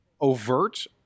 overt